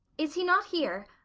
is he not here?